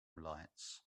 lights